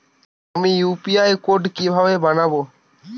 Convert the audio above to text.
আমি UPI code কিভাবে বানাব?